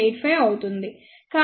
85 అవుతుంది